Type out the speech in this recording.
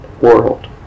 world